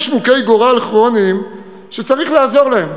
יש מוכי גורל כרוניים שצריך לעזור להם,